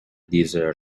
desert